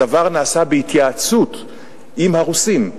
הדבר נעשה בהתייעצות עם הרוסים.